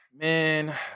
man